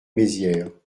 mézières